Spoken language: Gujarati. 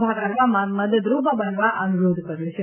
ઉભા કરવામાં મદદરુપ બનવા અનુરોધ કર્યો છે